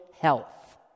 health